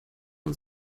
und